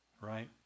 right